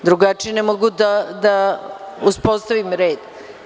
Drugačije ne mogu da uspostavim red.